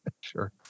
Sure